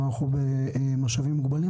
אבל אנחנו במשאבים מוגבלים.